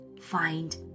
find